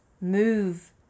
move